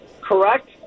correct